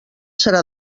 serà